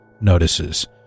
notices